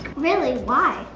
really, why?